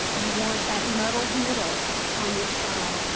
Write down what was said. you want that middle middle on your side.